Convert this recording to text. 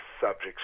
subjects